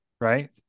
right